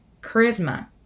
charisma